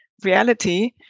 reality